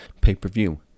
Pay-Per-View